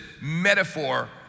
metaphor